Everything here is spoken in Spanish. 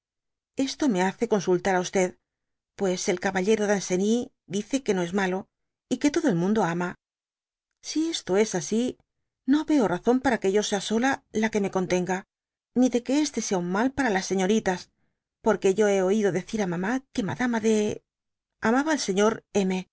esto me hace consultar á pues el caballero danceny dice que no es malo y que todo el mundo ama si esto es asi no veo razón para que yo sea sola ja que me contenga ni de que este sea un mal para las señoritas porque yo hé oido decir á mamá que madama de mába al señor